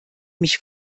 mich